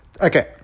Okay